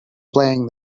playing